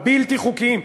הבלתי-חוקיים,